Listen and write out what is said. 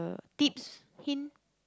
tips hint